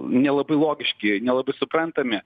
nelabai logiški nelabai suprantami